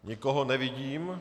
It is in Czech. Nikoho nevidím.